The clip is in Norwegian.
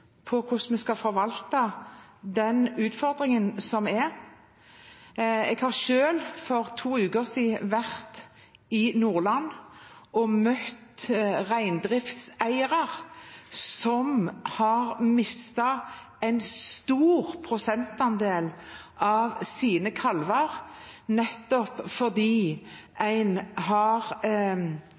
hvordan vi skal forvalte den utfordringen som er. Jeg har selv, for to uker siden, vært i Nordland og møtt reindriftseiere som har mistet en stor prosentandel av sine kalver, nettopp fordi en har